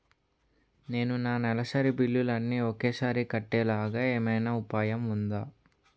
నేను నా నెలసరి బిల్లులు అన్ని ఒకేసారి కట్టేలాగా ఏమైనా ఉపాయం ఉందా?